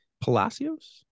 Palacios